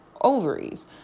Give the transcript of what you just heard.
ovaries